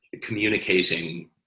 communicating